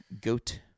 goat